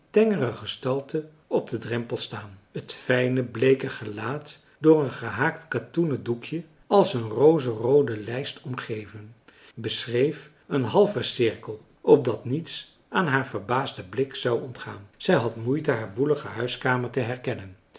tengere gestalte op den drempel staan het fijne bleeke gelaat door een gehaakt katoenen doekje als een rozeroode lijst omgeven beschreef een halven cirkel opdat niets aan haar verbaasden blik zou ontgaan zij had moeite haar boelige huiskamer te herkennen